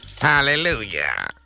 Hallelujah